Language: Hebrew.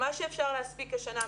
מה שאפשר להספיק השנה,